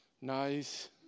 nice